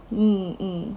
mm mm